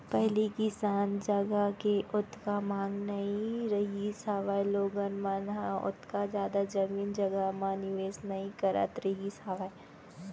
पहिली जमीन जघा के ओतका मांग नइ रहिस हावय लोगन मन ह ओतका जादा जमीन जघा म निवेस नइ करत रहिस हावय